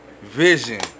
vision